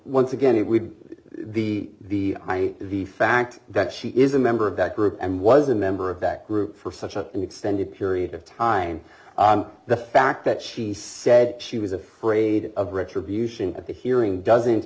once again it would be the the fact that she is a member of that group and was a member of that group for such an extended period of time the fact that she said she was afraid of retribution at the hearing doesn't